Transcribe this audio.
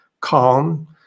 calm